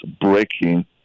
breaking